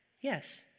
Yes